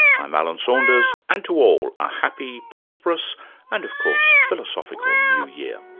i'm alan saunders and to all a happy, prosperous and of course, philosophical new year